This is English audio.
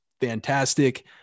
fantastic